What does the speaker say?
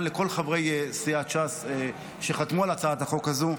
ולכל חברי סיעת ש"ס שחתמו על הצעת החוק הזאת.